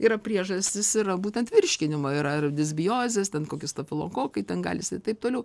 yra priežastys yra būtent virškinimo yra ar disbiozės ten kokie stafilokokai ten gali ir taip toliau